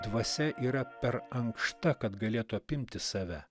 dvasia yra per ankšta kad galėtų apimti save